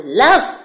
love